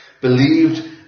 believed